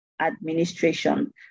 administration